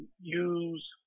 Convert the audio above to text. use